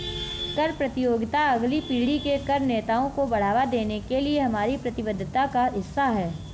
कर प्रतियोगिता अगली पीढ़ी के कर नेताओं को बढ़ावा देने के लिए हमारी प्रतिबद्धता का हिस्सा है